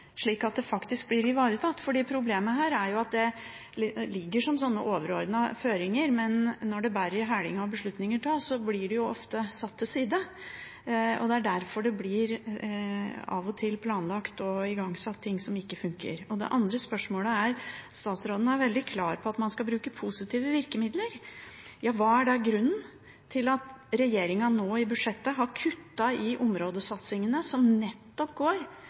slik at det faktisk blir ivaretatt? Problemet her er at det ligger som overordnede føringer, men når det bærer i hælinga og beslutninger tas, blir det ofte satt til side, og derfor blir det av og til planlagt og igangsatt ting som ikke funker. Statsråden er veldig klar på at man skal bruke positive virkemidler. Det andre spørsmålet er da: Hva er grunnen til at regjeringen nå i budsjettet har kuttet i områdesatsingene, som nettopp går